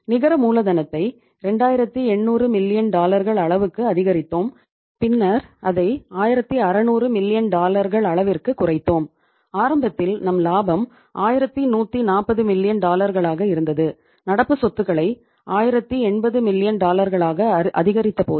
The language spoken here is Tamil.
நிகர மூலதனத்தை 2800 மில்லியன் அதிகரித்தது